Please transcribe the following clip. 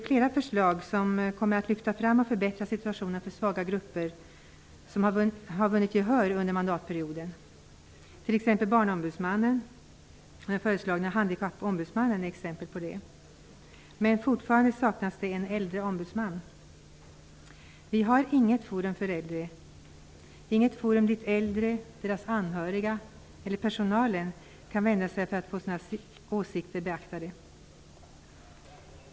Flera förslag som innebär att man kommer att lyfta fram och förbättra situationen för svaga grupper har vunnit gehör under mandatperioden. Handikappombudsmannen är exempel på det. Men fortfarande saknas det en äldreombudsman. Vi har inget forum för äldre. Inget forum dit äldre, anhöriga eller personalen i äldreomsorgen kan vända sig för att få sina åsikter beaktade.